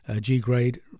G-grade